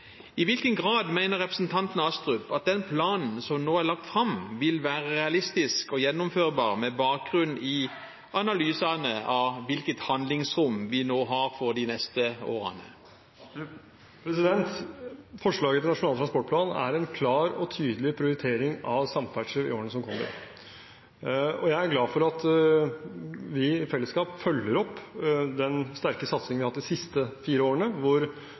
I hvilken grad mener representanten Astrup at den planen som nå er lagt fram, vil være realistisk og gjennomførbar med bakgrunn i analysene av hvilket handlingsrom vi nå har for de neste årene? Forslaget til Nasjonal transportplan er en klar og tydelig prioritering av samferdsel i årene som kommer. Jeg er glad for at vi i fellesskap følger opp den sterke satsingen vi har hatt de siste fire årene, hvor